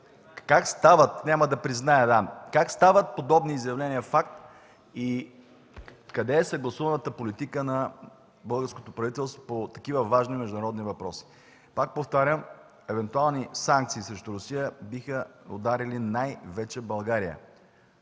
Как стават подобни изявления факт и къде е съгласуваната политика на българското правителство по такива важни международни въпроси? Пак повтарям, евентуални санкции срещу Русия биха ударили най-вече България.